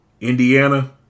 Indiana